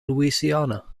louisiana